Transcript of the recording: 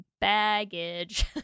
baggage